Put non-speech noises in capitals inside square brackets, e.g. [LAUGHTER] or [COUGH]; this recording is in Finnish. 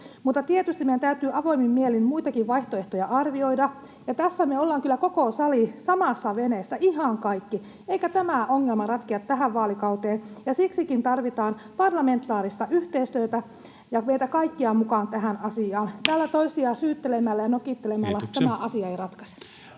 mutta tietysti meidän täytyy avoimin mielin muitakin vaihtoehtoja arvioida. Tässä me ollaan kyllä koko sali samassa veneessä, ihan kaikki, eikä tämä ongelma ratkea tähän vaalikauteen, ja siksikin tarvitaan parlamentaarista yhteistyötä ja meitä kaikkia mukaan tähän asiaan. [NOISE] Täällä toisiamme syyttelemällä ja nokittelemalla tämä asia ei ratkea.